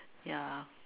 ya